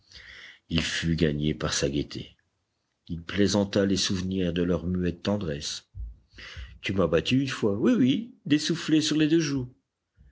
il fut gagné par sa gaieté il plaisanta les souvenirs de leur muette tendresse tu m'as battu une fois oui oui des soufflets sur les deux joues